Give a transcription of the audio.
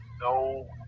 no